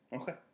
Okay